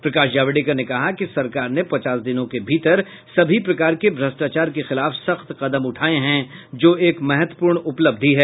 प्रकाश जावड़ेकर ने कहा कि सरकार ने पचास दिनों के भीतर सभी प्रकार के भ्रष्टाचार के खिलाफ सख्त कदम उठाये हैं जो एक महत्वपूर्ण उपलब्धि है